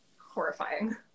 Horrifying